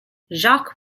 jacques